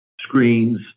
screens